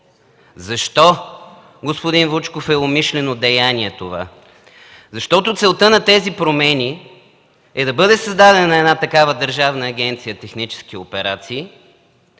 Защо, господин Вучков, това е умишлено деяние? Защото целта на тези промени е да бъде създадена една такава държавна агенция „Технически операции”,